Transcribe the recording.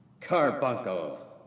Carbuncle